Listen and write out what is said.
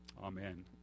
Amen